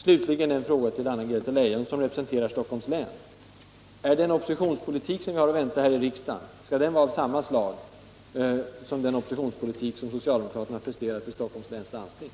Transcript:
Slutligen en fråga till Anna-Greta Leijon som representerar Stockholms län: Är den oppositionspolitik som vi har att vänta här i riksdagen av samma slag som den oppositionspolitik socialdemokraterna har presterat: i Stockholms läns landsting?